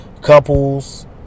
couples